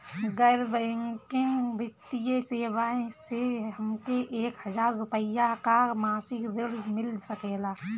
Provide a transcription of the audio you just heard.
गैर बैंकिंग वित्तीय सेवाएं से हमके एक हज़ार रुपया क मासिक ऋण मिल सकेला?